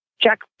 Check